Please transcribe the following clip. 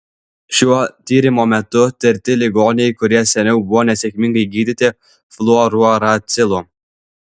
šio tyrimo metu tirti ligoniai kurie seniau buvo nesėkmingai gydyti fluorouracilu